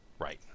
Right